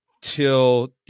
till